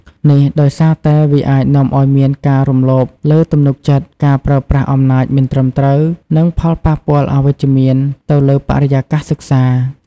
នេះដោយសារតែវាអាចនាំឱ្យមានការរំលោភលើទំនុកចិត្ត ការប្រើប្រាស់អំណាចមិនត្រឹមត្រូវ និងផលប៉ះពាល់អវិជ្ជមានទៅលើបរិយាកាសសិក្សា។